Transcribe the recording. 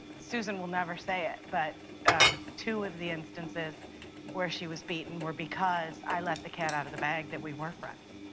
susan will never say it, but um two of the instances where she was beaten were because i let the cat out of the bag that we were friends.